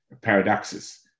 paradoxes